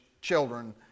children